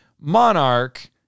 Monarch